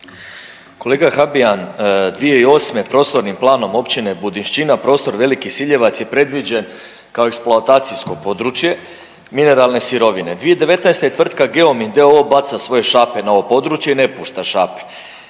Kolega Habijan 2008. prostornim planom Općine Budinšćina prostor Veliki Siljevec je predviđen kao eksploatacijsko područje mineralne sirovine, 2019. tvrtka Geomin d.o.o baca svoje šape na ovo područje i ne pušta šape.